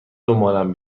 دنبالم